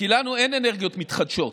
כי לנו אין אנרגיות מתחדשות,